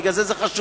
בגלל זה זה חשוב,